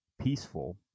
peaceful